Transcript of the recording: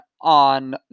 on